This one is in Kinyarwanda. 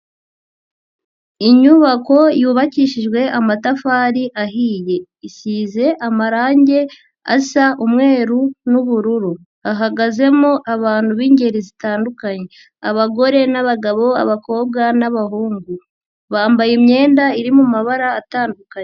Inyubako yubakishijwe amatafari ahiye isize amarang asa umweru n'ubururu, hahagazemo abantu b'ingeri zitandukanye abagore n'abagabo, abakobwa n'abahungu, bambaye imyenda iri mu mabara atandukanye.